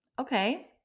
okay